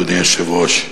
אדוני היושב-ראש,